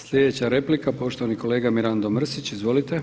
Slijedeća replika, poštovani kolega Mirando Mrsić, izvolite.